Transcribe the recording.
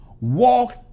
Walk